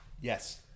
Yes